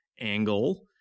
angle